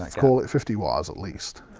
like call it fifty wires at least.